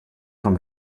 from